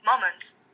Moments